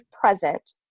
present